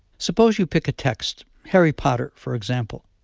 suppose you pick a text, harry potter for example.